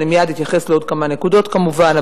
אני מייד אתייחס לעוד כמה נקודות כמובן,